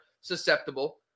susceptible